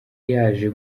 yaje